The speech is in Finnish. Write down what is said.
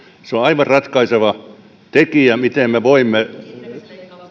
se on aivan ratkaiseva tekijä siinä miten me voimme